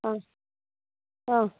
অঁ অঁ